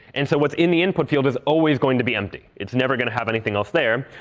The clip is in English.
and so what's in the input field is always going to be empty. it's never going to have anything else there.